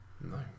No